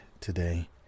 today